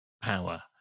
power